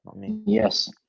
yes